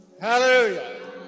hallelujah